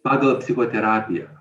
pagal psichoterapiją